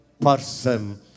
person